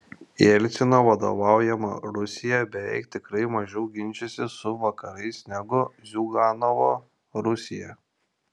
jelcino vadovaujama rusija beveik tikrai mažiau ginčysis su vakarais negu ziuganovo rusija